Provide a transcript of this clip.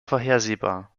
vorhersehbar